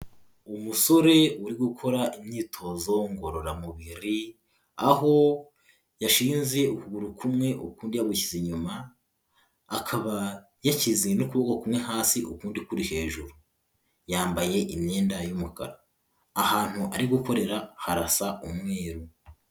Uwo musore uri gukora imyitozo ngororamubiri, aho yashinze ukuguru kumwe ukundi yagushyize inyuma, akaba yashyize n'ukuboko kumwe hasi ukundi kuri hejuru, yambaye imyenda y'umukara, ahantu ari gukorera harasa umweru.